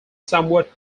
somewhat